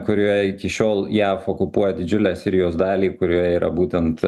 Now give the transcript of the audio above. kurioje iki šiol jav okupuoja didžiulę sirijos dalį kurioje yra būtent